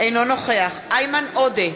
אינו נוכח איימן עודה,